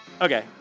Okay